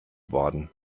worden